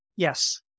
Yes